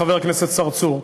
לחבר הכנסת צרצור.